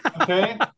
Okay